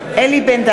(קוראת בשמות חברי הכנסת) אלי בן-דהן,